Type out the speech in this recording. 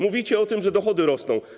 Mówicie o tym, że dochody rosną.